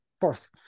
first